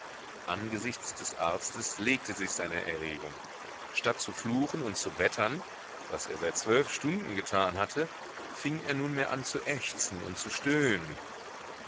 angesichts des arztes legte sich seine erregung statt zu fluchen und zu wettern was er seit zwölf stunden getan hatte fing er nunmehr an zu ächzen und zu stöhnen